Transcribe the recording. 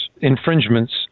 infringements